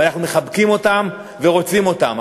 ואנחנו מחבקים אותם ורוצים אותם.